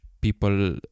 people